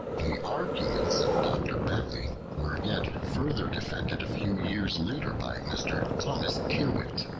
the arguments of dr. bentley were yet further defended a few years later by mr. thomas tyrwhitt,